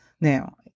Now